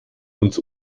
uns